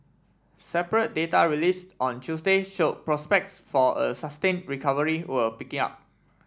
separate data released on Tuesday show prospects for a sustain recovery were picking up